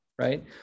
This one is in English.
right